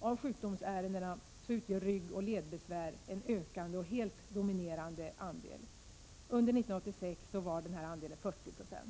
Av sjukdomsärendena utgör ryggoch ledbesvär en ökande och helt dominerande andel. Under 1986 var denna andel 40 96.